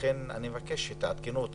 לכן אני אבקש שתעדכנו את